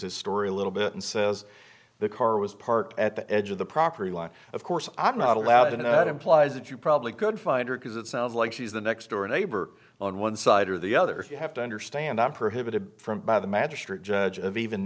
his story a little bit and says the car was parked at the edge of the property line of course i'm not allowed to know that implies that you probably could find her because it sounds like she's the next door neighbor on one side or the other if you have to understand i'm prohibited from by the magistrate judge of even